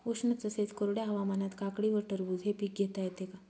उष्ण तसेच कोरड्या हवामानात काकडी व टरबूज हे पीक घेता येते का?